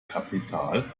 kapital